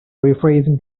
rephrasing